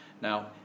Now